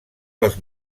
dels